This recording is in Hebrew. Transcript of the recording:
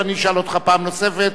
ואני אשאל אותך פעם נוספת,